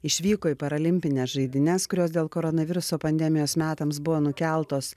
išvyko į paralimpines žaidynes kurios dėl koronaviruso pandemijos metams buvo nukeltos